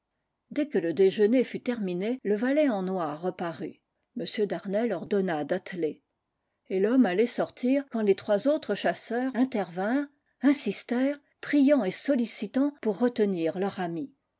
dès que le déjeuner fut terminé le valet en noir reparut m d'arnelles ordonna d'atteler et l'homme allait sortir quand les trois autres chasseurs intervinrent insistèrent priant et sollicitant pour retenir leur ami